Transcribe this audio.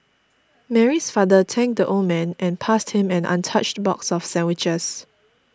Mary's father thanked the old man and passed him an untouched box of sandwiches